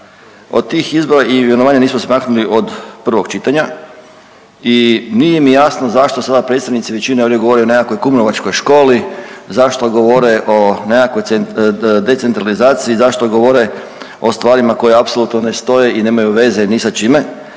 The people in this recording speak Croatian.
Od tih izbora i imenovanja nismo se maknuli od prvog čitanja i nije mi jasno zašto sada predstavnici većine ovdje govore o nekakvom kumrovačkoj školi, zašto govore o nekakvoj decentralizaciji, zašto govore o stvarima koje apsolutno ne stoje i nemaju veze ni sa čime.